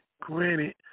granted